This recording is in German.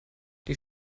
die